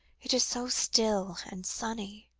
it is so still and sunny,